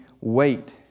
wait